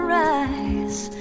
rise